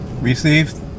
Received